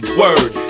word